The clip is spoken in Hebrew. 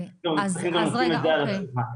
פשוט צריך גם את זה על השולחן.